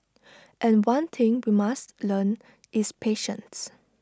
and one thing we must learn is patience